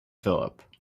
phillip